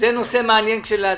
מעניין כשלעצמו.